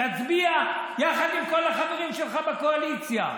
תצביע יחד עם כל החברים שלך בקואליציה.